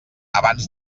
abans